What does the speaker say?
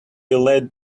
led